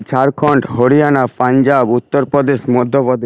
Jharkhand Haryana Punjab Uttar Pradesh Madhya Pradesh